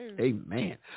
Amen